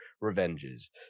revenges